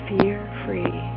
Fear-free